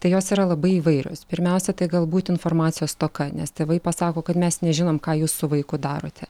tai jos yra labai įvairios pirmiausia tai galbūt informacijos stoka nes tėvai pasako kad mes nežinom ką jūs su vaiku darote